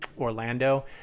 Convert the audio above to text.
Orlando